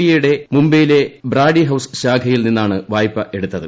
B യുടെ മുംബൈയിലെ Brady House ശാഖയിൽ നിന്നാണ് വായ്പ എടുത്തത്